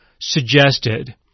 suggested